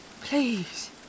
Please